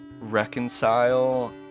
reconcile